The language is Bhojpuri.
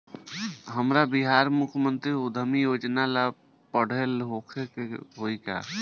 हमरा बिहार मुख्यमंत्री उद्यमी योजना ला पढ़ल होखे के होई का?